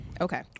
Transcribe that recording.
Okay